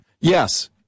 Yes